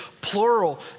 plural